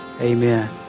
Amen